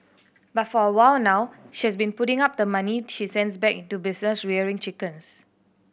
but for a while now she has been putting up the money she sends back into business rearing chickens